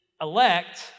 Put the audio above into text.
Elect